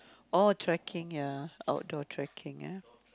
oh trekking ya outdoor trekking ah